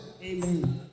Amen